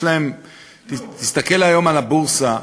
לא הבורסה,